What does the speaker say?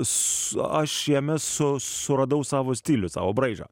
su aš jame su suradau savo stilių savo braižą